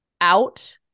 out